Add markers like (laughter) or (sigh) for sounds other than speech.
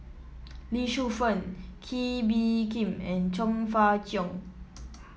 Lee Shu Fen Kee Bee Khim and Chong Fah Cheong (noise)